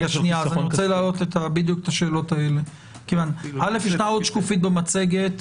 יש עוד שקופית במצגת